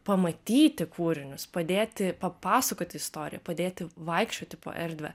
pamatyti kūrinius padėti papasakoti istoriją padėti vaikščioti po erdvę